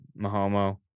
Mahomo